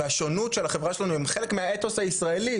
והשונות של החברה שלנו הם חלק מהאתוס הישראלי,